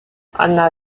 anna